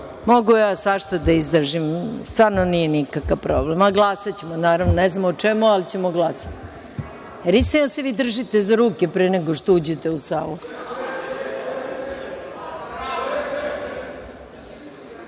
Mogu ja svašta da izdržim. Stvarno nije nikakav problem. Glasaćemo, naravno ne znam o čemu, ali ćemo glasati. Da li je istina da se vi držite za ruke pre nego što uđete u